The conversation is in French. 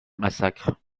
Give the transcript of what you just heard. massacre